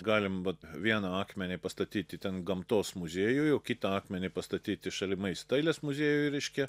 galim vat vieną akmenį pastatyti ten gamtos muziejuj kitą akmenį pastatyti šalimais dailės muziejuj reiškia